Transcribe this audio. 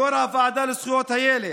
יו"ר הוועדה לזכויות הילד,